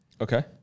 Okay